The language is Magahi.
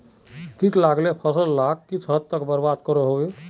किट लगाले से फसल डाक किस हद तक बर्बाद करो होबे?